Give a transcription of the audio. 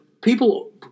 people